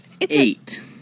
eight